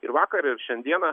ir vakar ir šiandieną